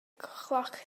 chloc